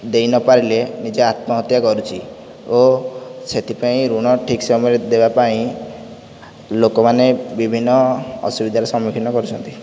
ଦେଇ ନ ପାରିଲେ ନିଜ ଆତ୍ମହତ୍ୟା କରୁଛି ଓ ସେଥିପାଇଁ ଋଣ ଠିକ ସମୟରେ ଦେବାପାଇଁ ଲୋକ ମାନେ ବିଭିନ୍ନ ଅସୁବିଧାର ସମ୍ମୁଖୀନ କରୁଛନ୍ତି